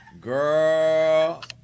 Girl